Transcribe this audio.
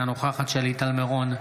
אינה נוכחת שלי טל מירון,